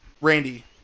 Randy